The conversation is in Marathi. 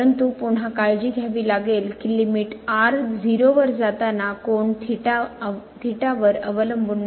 परंतु पुन्हा काळजी घ्यावी लागेल की लिमिट r 0 वर जाताना कोन थीटावर अवलंबून नसावी